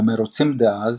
במרוצים דאז,